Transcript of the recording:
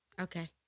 okay